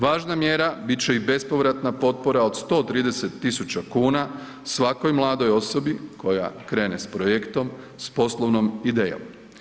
Važna mjera bit će i bespovratna potpora od 130.000 kuna svakoj mladoj osobi koja krene s projektom s poslovnom idejom.